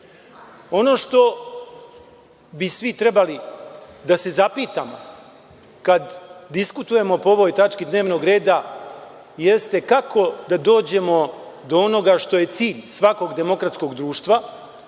što bi svi trebalo da se zapitamo kada diskutujemo po ovoj tački dnevnog reda jeste kako da dođemo do onoga što je cilj svakog demokratskog društva,